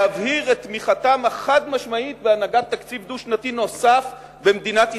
להבהיר את תמיכתם החד-משמעית בהנהגת תקציב דו-שנתי נוסף במדינת ישראל,